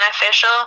beneficial